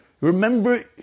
Remember